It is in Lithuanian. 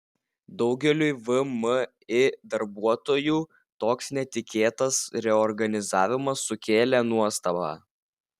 daugeliui vmi darbuotojų toks netikėtas reorganizavimas sukėlė nuostabą